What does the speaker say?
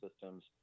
systems